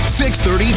6.30